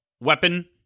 weapon